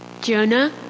Jonah